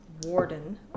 Warden